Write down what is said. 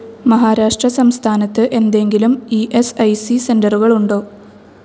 മഹാരാഷ്ട്ര സംസ്ഥാനത്ത് എന്തെങ്കിലും E S I C സെന്ററുകളുണ്ടോ